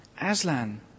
Aslan